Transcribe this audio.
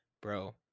Bro